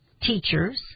teachers